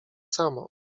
samo